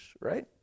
right